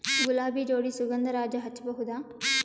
ಗುಲಾಬಿ ಜೋಡಿ ಸುಗಂಧರಾಜ ಹಚ್ಬಬಹುದ?